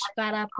para